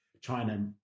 China